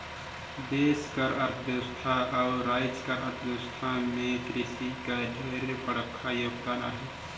देस कर अर्थबेवस्था अउ राएज कर अर्थबेवस्था में किरसी कर ढेरे बड़खा योगदान अहे